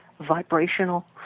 vibrational